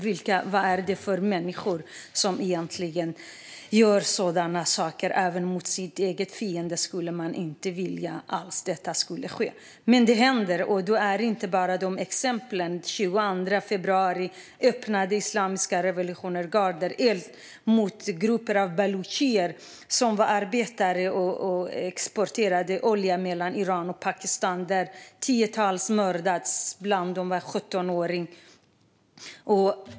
Vad är det för människor som gör sådana saker? Man skulle inte heller vilja att detta hände ens fiende. Men detta händer, och det är inte bara dessa exempel. Den 22 februari öppnade Islamiska revolutionsgardet eld mot grupper av balucher. Det var arbetare som transporterade olja mellan Iran och Pakistan. Ett tiotal mördades, bland dem en 17-åring.